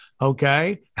Okay